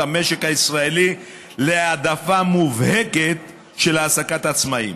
המשק הישראלי להעדפה מובהקת של העסקת עצמאים,